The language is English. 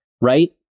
right